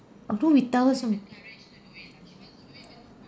although we tell her some